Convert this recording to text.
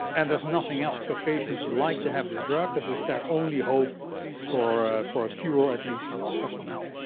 and there's nothing else, so patients like to have this drug, because it's their only hope for a. for a cure, at least. or for some help.